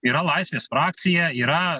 yra laisvės frakcija yra